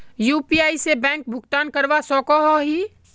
UPI से bank भुगतान करवा सकोहो ही?